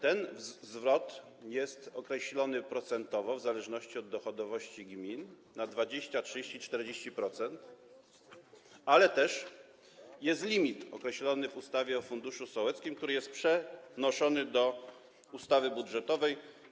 Ten zwrot jest określony procentowo w zależności od dochodowości gmin na 20, 30, 40%, ale jest też limit określony w ustawie o funduszu sołeckim, który jest przenoszony do ustawy budżetowej.